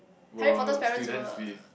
Harry-Potter's parents were